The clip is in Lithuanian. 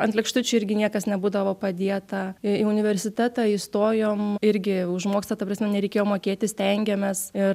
ant lėkštučių irgi niekas nebūdavo padėta į universitetą įstojom irgi už mokslą ta prasme nereikėjo mokėti stengiamės ir